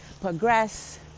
progress